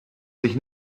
sich